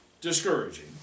discouraging